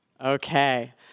Okay